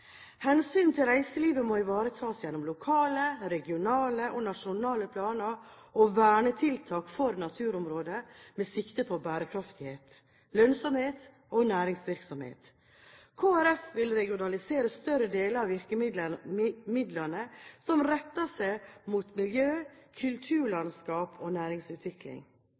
til reiseliv må ivaretas gjennom lokale, regionale og nasjonale planer og vernetiltak for naturområder med sikte på bærekraftighet, lønnsomhet og næringsvirksomhet. Kristelig Folkeparti vil regionalisere større deler av virkemidlene som retter seg mot miljø, kulturlandskap og næringsutvikling.